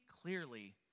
clearly